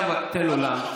עכשיו רק תן לו לענות.